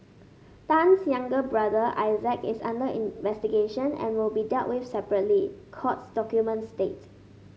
Tan's younger brother Isaac is under investigation and will be dealt with separately courts documents state